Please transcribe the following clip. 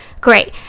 great